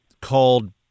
called